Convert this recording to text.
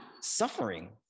suffering